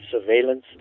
surveillance